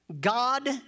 God